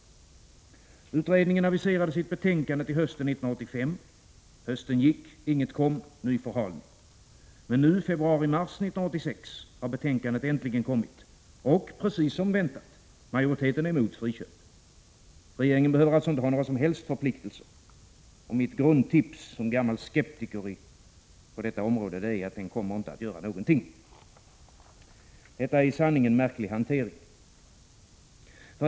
Utredningen aviserade sitt betänkande till hösten 1985. Hösten gick, inget kom. Ny förhalning. Men nu, i februari—mars 1987 har betänkandet äntligen kommit, och precis som väntat är majoriteten emot friköp. Regeringen behöver alltså inte ha några som helst förpliktelser. Mitt grundtips som gammal skeptiker på området är att den inte kommer att göra någonting. Detta är i sanning en märklig hantering.